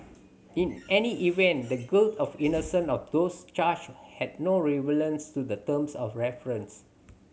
in any event the guilt of innocence of those charged has no relevance to the terms of reference